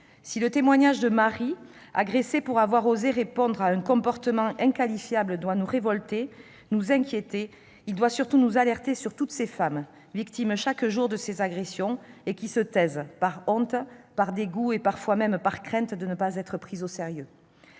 Si le témoignage de Marie, agressée pour avoir osé répondre à un comportement inqualifiable, doit nous révolter, nous inquiéter, il doit surtout nous alerter sur toutes ces femmes, victimes chaque jour de ces agressions et qui se taisent, par honte, par dégoût et, parfois même, par crainte de ne pas être prises au sérieux.